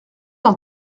d’un